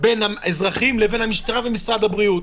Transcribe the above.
בין האזרחים לבין המשטרה ומשרד הבריאות.